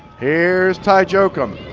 here's ty jochim.